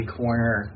corner